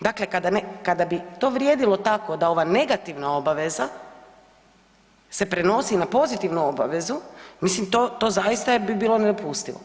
Dakle, kada bi to vrijedilo tako da ova negativna obaveza se prenosi na pozitivnu obavezu, mislim to zaista bi bilo nedopustivo.